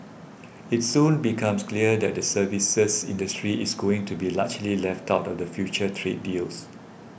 it soon becomes clear that the services industry is going to be largely left out of the future trade deals